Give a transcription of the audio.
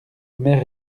omer